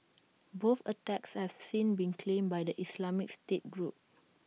both attacks have since been claimed by the Islamic state group